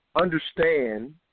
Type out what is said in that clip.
understand